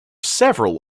several